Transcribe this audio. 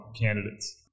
candidates